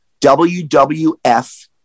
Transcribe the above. WWF